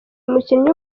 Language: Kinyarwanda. umukinnyi